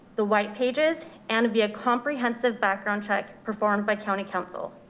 the white pages and via comprehensive background check performed by county council.